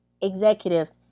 executives